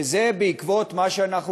וזה בעקבות מה שאנחנו,